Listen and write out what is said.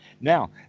Now